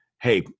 hey